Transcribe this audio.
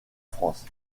france